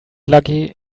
lucky